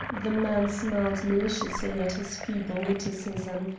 the man smiled maliciously at his feeble witticism,